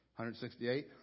168